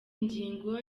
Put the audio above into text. ngingo